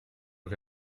che